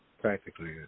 practically